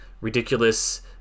ridiculous